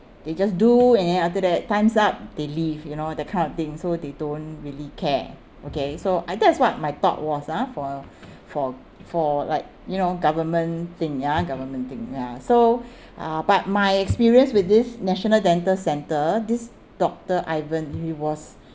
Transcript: they just do and then after that time's up they leave you know that kind of thing so they don't really care okay so I that's what my thought was ah for for for like you know government thing ya government thing ya so uh but my experience with this national dental centre this doctor ivan he was